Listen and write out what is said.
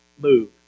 move